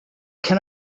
can